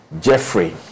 Jeffrey